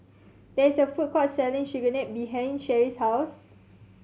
there is a food court selling Chigenabe behind Sherie's house